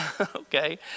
okay